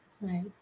right